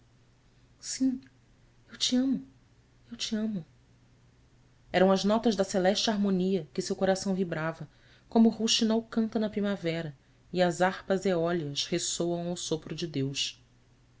sim eu te amo eu te amo eram as notas da celeste harmonia que seu coração vibrava como o rouxinol canta na primavera e as harpas eólias ressoam ao sopro de deus